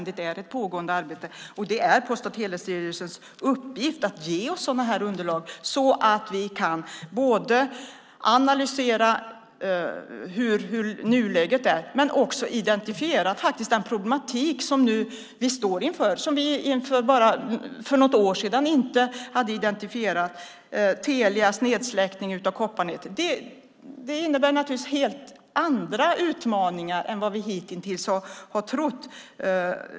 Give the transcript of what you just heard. Det är Post och telestyrelsens uppgift att ge oss sådana underlag så att vi kan analysera nuläget men också identifiera den problematik vi står inför och som vi bara för något år sedan inte hade identifierat, nämligen Telias nedsläckning av kopparnätet. Det innebär helt andra utmaningar än vad vi hittills har trott.